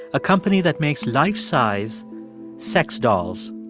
a company that makes life-size sex dolls.